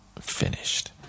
finished